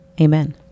amen